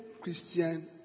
Christian